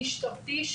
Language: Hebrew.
משטרתי,